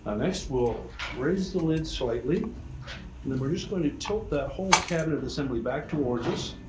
ah next, we'll raise the lid slightly and then we're just going to tilt that whole cabinet assembly back towards us.